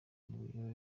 ubuyobe